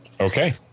okay